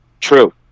true